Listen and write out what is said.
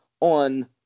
on